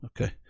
Okay